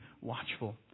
watchful